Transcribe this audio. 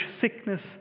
sickness